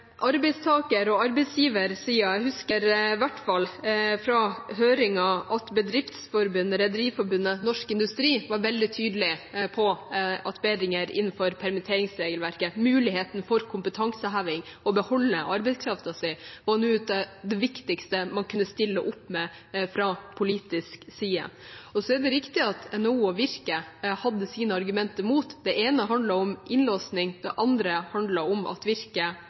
arbeidstaker- og arbeidsgiversiden – jeg husker fra høringen at i hvert fall Bedriftsforbundet, Rederiforbundet og Norsk Industri var veldig tydelig på at bedringer innenfor permitteringsregelverket, muligheten for kompetanseheving og å beholde arbeidskraften sin var det viktigste man kunne stille opp med fra politisk side. Så er det riktig at NHO og Virke hadde sine argumenter mot. Det ene handlet om innlåsing, det andre handlet om at Virke